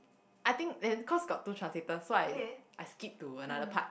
I think then cause got two translator so I I skip to another part